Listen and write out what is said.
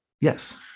Yes